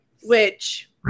which-